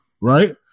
right